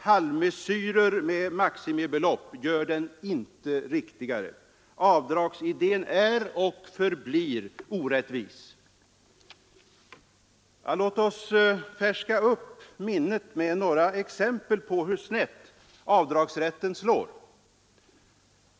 Halvmesyrer med maximibelopp gör den inte riktigare. Avdragsidén är och förblir orättvis. Låt oss färska upp minnet med några exempel på hur snett avdragsrätten skulle slå.